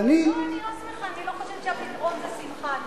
לא, אני לא שמחה, אני לא חושבת שהפתרון זה שמחה.